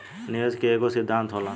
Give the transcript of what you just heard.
निवेश के एकेगो सिद्धान्त होला